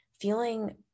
feeling